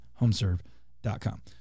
Homeserve.com